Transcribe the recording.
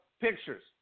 pictures